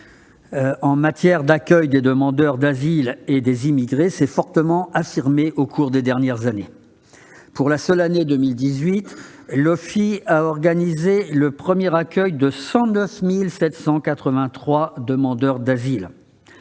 en matière d'accueil des demandeurs d'asile et des immigrés s'est fortement affirmée au cours des dernières années. Pour la seule année 2018, l'OFII a organisé le premier accueil de 109 783 demandeurs d'asile.